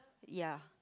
ya